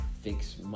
fix